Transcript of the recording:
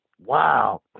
Wow